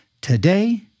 Today